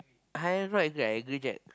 I am not angry I angry Jack